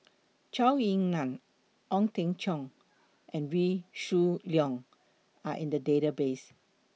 Zhou Ying NAN Ong Teng Cheong and Wee Shoo Leong Are in The Database